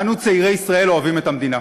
אנו, צעירי ישראל, אוהבים את המדינה,